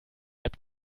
app